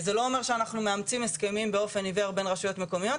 זה לא אומר שאנחנו מאמצים הסכמים באופן עיוור בין רשויות מקומיות,